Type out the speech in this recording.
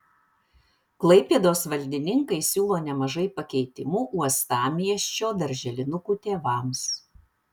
klaipėdos valdininkai siūlo nemažai pakeitimų uostamiesčio darželinukų tėvams